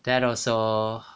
then also